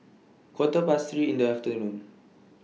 Quarter Past three in The afternoon